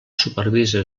supervisa